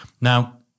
now